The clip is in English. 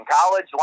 college